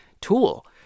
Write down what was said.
tool